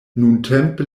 nuntempe